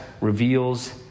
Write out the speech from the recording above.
reveals